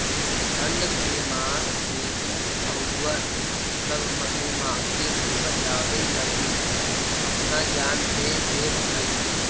ठंड के मार से उ औउर सब मधुमाखी के बचावे लगी अपना जान दे देवऽ हई